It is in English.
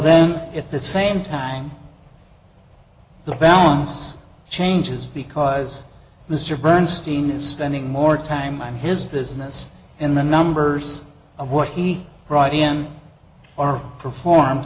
that at the same time the balance changes because mr bernstein is spending more time on his business and the numbers of what he brought in are performed